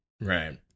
Right